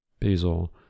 Basil